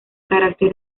carácter